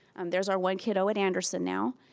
there's our one kiddo at anderson now